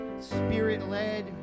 Spirit-led